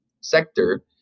sector